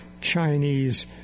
Chinese